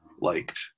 liked